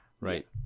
right